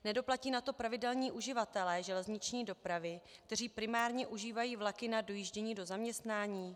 Nedoplatí na to pravidelní uživatelé železniční dopravy, kteří primárně užívají vlaky na dojíždění do zaměstnání?